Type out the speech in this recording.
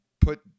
put